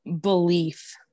belief